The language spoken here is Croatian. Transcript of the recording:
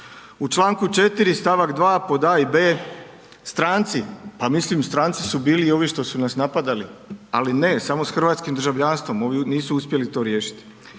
U čl. 4 st. 2 pod a i b. Stranci, pa mislim stranci su bili i ovi što su nas napadali, ali ne, samo s hrvatskim državljanstvom, ovi nisu uspjeli to riješiti.